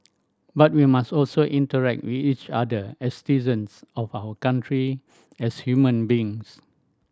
but we must also interact with each other as of our country as human beings